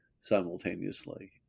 simultaneously